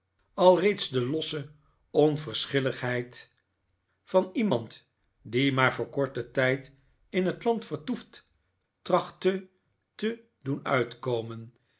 aannam alreeds de losse onverschilligheid van iemand die maar voor korten tijd in het land vertoeft tiachtte te doen uitkomen